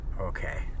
okay